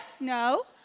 no